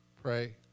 pray